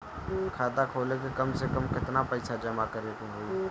खाता खोले में कम से कम केतना पइसा जमा करे के होई?